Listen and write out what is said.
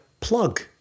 plug